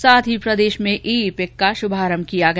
साथ ही प्रदेश में ई इपिके का शुभारंभ किया गया